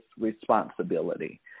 responsibility